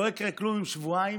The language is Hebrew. לא יקרה כלום אם שבועיים